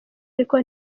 ariko